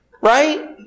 Right